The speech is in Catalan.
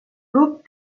grup